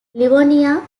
livonia